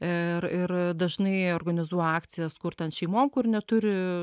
ir ir a dažnai organizuoju akcijas skurtant šeimom kur neturi